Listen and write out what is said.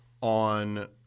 on